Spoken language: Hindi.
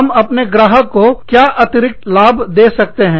हम अपने ग्राहकों को क्या अतिरिक्त लाभ दे कर सकते हैं